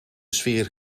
sfeer